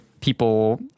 people